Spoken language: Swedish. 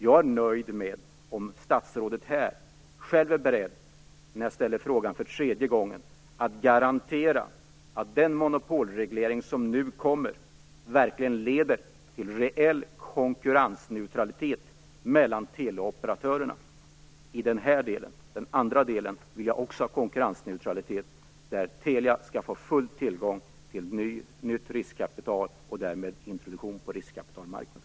Jag är nöjd om statsrådet här själv är beredd, när jag nu ställer frågan för tredje gången, att garantera att den monopolreglering som nu kommer verkligen leder till reell konkurrensneutralitet mellan teleoperatörerna i den här delen. I den andra delen vill jag också ha full konkurrensneutralitet. Jag vill att Telia skall få full tillgång till nytt riskkapital och därför introduceras på riskkapitalmarknaden.